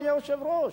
אדוני היושב-ראש.